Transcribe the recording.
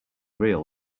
real